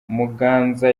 muganza